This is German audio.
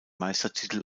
meistertitel